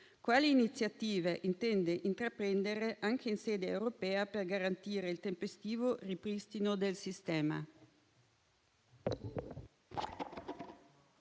quali iniziative intenda intraprendere, anche in sede europea, per garantire il tempestivo ripristino del sistema.